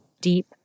deep